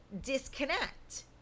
disconnect